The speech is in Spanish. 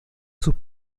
sus